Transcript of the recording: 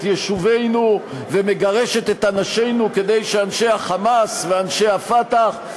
יישובינו ומגרשת את אנשינו כדי שאנשי ה"חמאס" ואנשי ה"פתח",